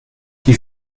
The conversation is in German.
die